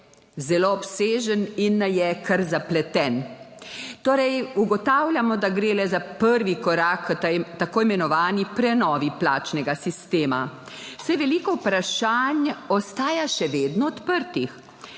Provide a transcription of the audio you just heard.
zelo obsežen in je kar zapleten. Torej, ugotavljamo, da gre le za prvi korak k tako imenovani prenovi plačnega sistema, saj veliko vprašanj ostaja še vedno odprtih.